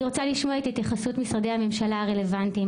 אני רוצה לשמוע את התייחסות משרדי הממשלה הרלוונטיים,